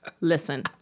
Listen